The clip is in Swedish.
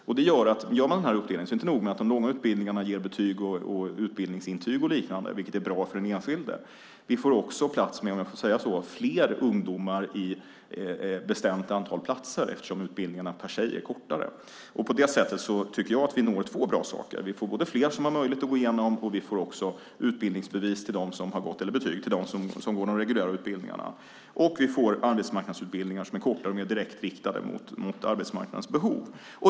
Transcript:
Om man gör den här uppdelningen så är det inte nog med att de långa utbildningarna ger betyg och utbildningsintyg och liknande, vilket är bra för den enskilde. Vi får också plats med fler ungdomar på ett bestämt antal platser, eftersom utbildningarna i sig är kortare. På det sättet tycker jag att vi når två bra saker. Vi får både fler som har möjlighet att gå igenom de reguljära utbildningarna och få utbildningsbevis eller betyg och arbetsmarknadsutbildningar som är kortare och mer direkt riktade mot arbetsmarknadens behov.